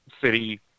city